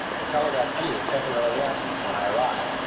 the telegraph-jee is temporarily absent when i arrive,